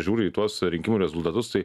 žiūriu į tuos rinkimų rezultatus tai